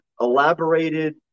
Elaborated